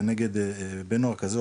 נגד בן נוער כזה,